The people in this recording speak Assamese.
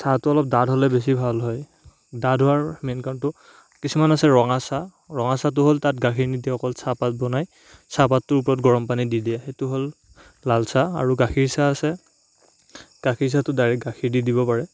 চাহটো অলপ ডাঠ হ'লে বেছি ভাল হয় ডাঠ হোৱাৰ মেইন কাৰণটো কিছুমান আছে ৰঙা চাহ ৰঙা চাহটো হ'ল তাত গাখীৰ নিদিয়ে অকল চাহপাত বনায় চাহপাতটোৰ ওপৰত গৰম পানী দি দিয়ে সেইটো হ'ল লালচাহ আৰু গাখীৰ চাহ আছে গাখীৰ চাহটো ডাইৰেক্ট গাখীৰ দি দিব পাৰে